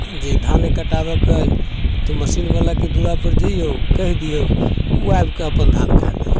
जे धाने कटाबैके अइ तऽ मशीनवलाके दुरापर जइऔ कहि दिऔ ओ आबिकऽ अपन धान काटि देलकै